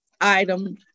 item